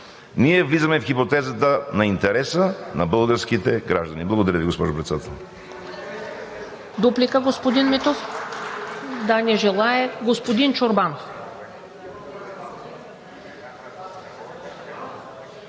ние влизаме в хипотезата на интереса на българските граждани. Благодаря Ви, госпожо Председател.